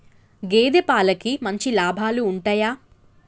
గేదే పాలకి మంచి లాభాలు ఉంటయా?